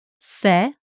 se